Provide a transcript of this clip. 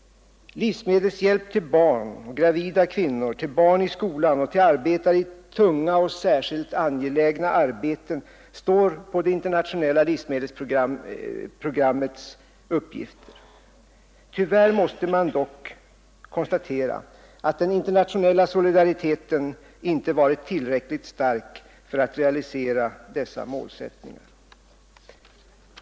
Livsmedelshjälp till barn och gravida kvinnor, till barn i skolan och till arbetare i tunga och särskilt angelägna arbeten tillhör det internationella livsmedelsprogrammets uppgifter. Tyvärr måste man dock konstatera att den internationella solidariteten inte varit tillräckligt stark för att realisera dessa målsättningar.